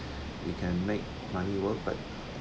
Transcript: you can make money work but